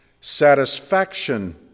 satisfaction